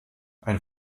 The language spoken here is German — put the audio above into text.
ein